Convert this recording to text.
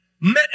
met